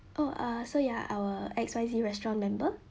oh err so you are our X Y Z restaurant member